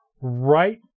right